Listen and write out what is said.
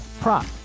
prop